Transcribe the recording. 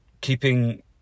keeping